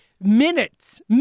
minutes